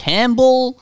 Campbell